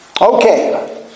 Okay